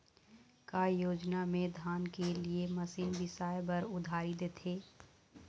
का योजना मे धान के लिए मशीन बिसाए बर उधारी देथे?